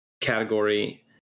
category